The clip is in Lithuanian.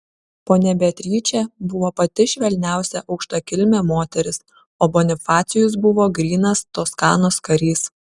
ponia beatričė buvo pati švelniausia aukštakilmė moteris o bonifacijus buvo grynas toskanos karys